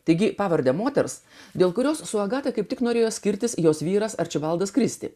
taigi pavardę moters dėl kurios su agata kaip tik norėjo skirtis jos vyras arčibaldas kristi